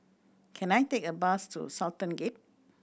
can I take a bus to Sultan Gate